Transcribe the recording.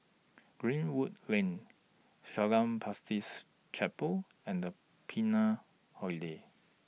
Greenwood Lane Shalom Baptist Chapel and The Patina Hotel